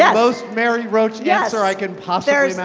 yeah most mary roach yeah answer i can possibly